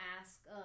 ask